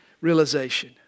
realization